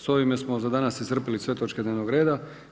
S ovime smo za danas iscrpili sve točke dnevnog reda.